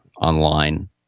online